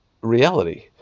reality